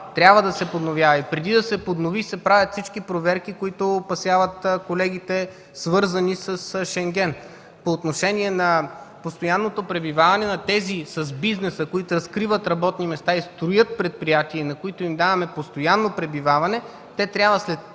Трябва да се подновява. Преди да се поднови, се правят всички проверки, които опасяват колегите, свързани с Шенген. По отношение на „постоянното пребиваване”. Тези с бизнеса, които разкриват работни места и строят предприятия, на които им даваме „постоянно пребиваване”, трябва едва